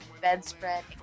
bedspread